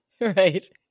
Right